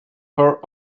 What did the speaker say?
her